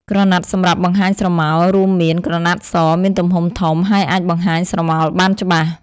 ក្រណាត់សម្រាប់បង្ហាញស្រមោល រួមមាន ក្រណាត់ស មានទំហំធំហើយអាចបង្ហាញស្រមោលបានច្បាស់។